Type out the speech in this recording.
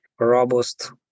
robust